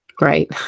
Right